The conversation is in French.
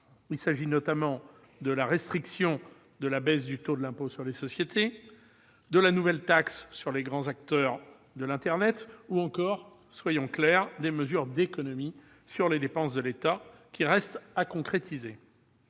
Il s'agit notamment de la restriction de la baisse du taux de l'impôt sur les sociétés, de la nouvelle taxe sur les grands acteurs de l'internet, ou encore, soyons clairs, des mesures d'économie sur les dépenses de l'État qui restent à concrétiser.